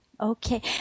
Okay